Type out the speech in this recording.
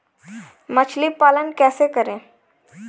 मछली पालन कैसे करें?